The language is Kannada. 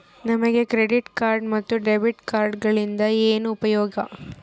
ನಮಗೆ ಕ್ರೆಡಿಟ್ ಕಾರ್ಡ್ ಮತ್ತು ಡೆಬಿಟ್ ಕಾರ್ಡುಗಳಿಂದ ಏನು ಉಪಯೋಗ?